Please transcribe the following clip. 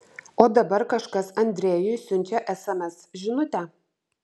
o dabar kažkas andrejui siunčia sms žinutę